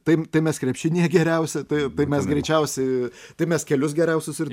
tai tai mes krepšinyje geriausi tai mes greičiausi tai mes kelius geriausius ir